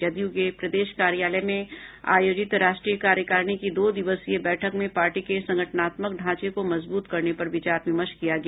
जदयू के प्रदेश कार्यालय में आयोजित राष्ट्रीय कार्यकारिणी की दो दिवसीय बैठक में पार्टी के संगठनात्मक ढांचे को मजबूत करने पर विचार विमर्श किया गया